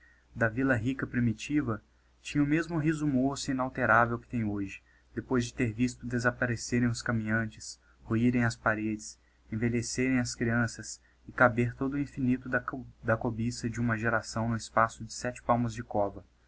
da villa rica primitiva tinha o mesmo riso moço e inalterável que tem hoje depois de ter visto desapparecerem os caminhantes ruirem as paredes envelhecerem as crianças e caber todo o infinito da cobiça de uma geração no espaço de sete palmos de cova